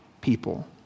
people